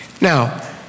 Now